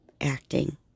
acting